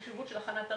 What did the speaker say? חשיבות הכנת הרקע,